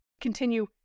continue